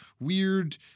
weird